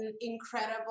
incredible